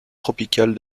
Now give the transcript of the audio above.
tropicales